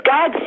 God